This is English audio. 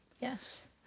Yes